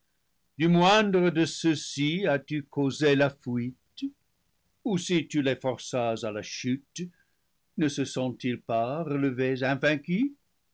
du moindre de ceux-ci as-tu causé la fuite ou si tu les forças à la chute ne se sont ils pas relevés invaincus